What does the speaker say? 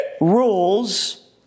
rules